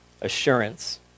assurance